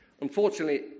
Unfortunately